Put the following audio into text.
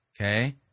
Okay